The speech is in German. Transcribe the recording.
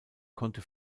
konnte